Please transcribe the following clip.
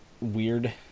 weird